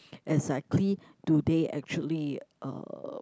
exactly do they actually uh